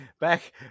back